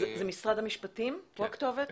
משרד המשפטים הוא הכתובת?